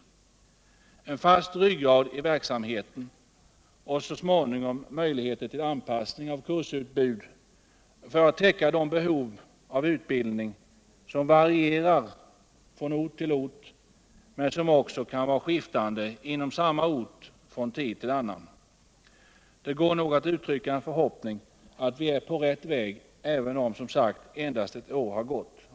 Det måste finnas en fast ryggrad i verksamheten och så småningom möjligheter till anpassning av kursutbud för att täcka de behov av utbildning som varierar från ort till ort men som också kan skifta inom samma ort från tid till annan. Det går nog att uttrycka en förhoppning om att vi är på rätt väg även om, som sagt. endast ett år har gått.